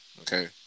okay